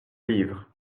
livres